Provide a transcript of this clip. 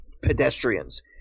pedestrians